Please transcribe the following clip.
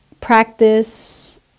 practice